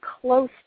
close